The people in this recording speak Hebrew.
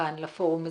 כאן לפורום הזה?